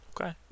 okay